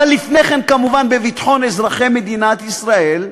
אבל לפני כן כמובן בביטחון אזרחי מדינת ישראל,